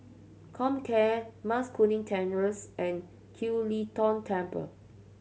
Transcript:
Comcare Mas Kuning Terrace and Kiew Lee Tong Temple